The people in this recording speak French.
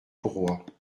courroies